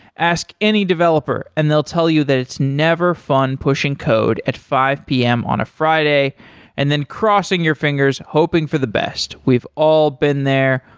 ask any developer and they'll tell you that it's never fun pushing code at five p m. on a friday and then crossing your fingers hoping for the best. we've all been there.